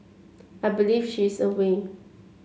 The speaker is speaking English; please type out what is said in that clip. I believe she is away